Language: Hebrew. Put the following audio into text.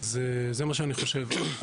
אז זה מה שאני חושב שצריך,